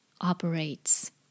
operates